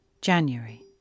January